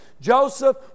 Joseph